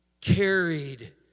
carried